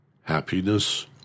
happiness